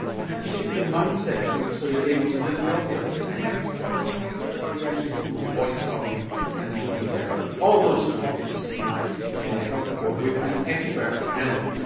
and how do you shift your mindset so you're able to live healthier? and in fact do you want to live healthier or are you actually just into body sculpting and looking better? all those topics tonight in the health report with an expert panel.